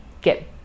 get